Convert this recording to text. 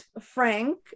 Frank